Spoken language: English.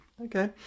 okay